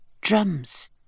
Drums